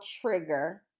trigger